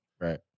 Right